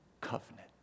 covenant